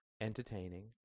entertaining